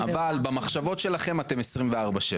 אבל במחשבות שלכם אתם 24/7,